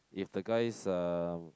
if the guys uh